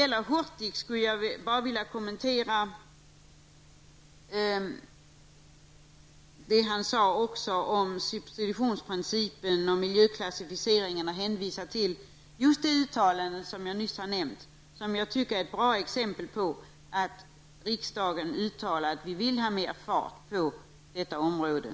Bengt Hurtig talade om substitutionsprincipen och miljöklassificeringen samt hänvisade till de uttalanden som jag just har redovisat. Jag tycker det är bra att riksdagen uttalar att man vill få mer fart på detta område.